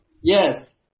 Yes